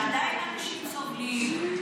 ועדיין אנשים סובלים.